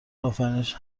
آفرینش